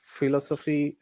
Philosophy